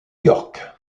york